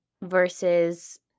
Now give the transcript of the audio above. versus